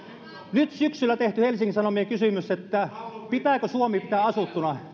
nyt syksyllä tehdystä helsingin sanomien kysymyksestä pitääkö suomi pitää asuttuna